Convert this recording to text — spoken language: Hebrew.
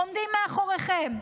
עומדים מאחוריכם.